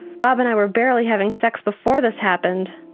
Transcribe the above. bob and i were barely having sex before this happened,